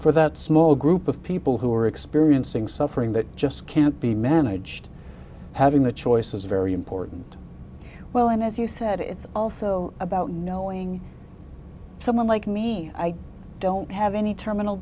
for that small group of people who are experiencing suffering that just can't be managed having the choice is very important well and as you said it's also about knowing someone like me i don't have any terminal